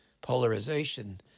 Polarization